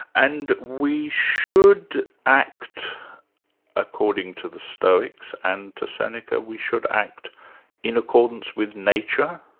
and we should act according to the stoics, and to seneca, we should act in accordance with nature?